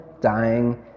dying